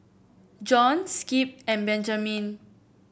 Jon Skip and Benjamine